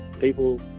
people